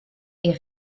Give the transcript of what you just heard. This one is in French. est